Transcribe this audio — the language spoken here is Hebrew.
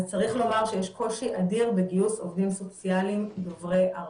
אז צריך לומר שיש קושי אדיר בגיוס עובדים סוציאליים דוברי ערבית.